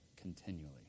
continually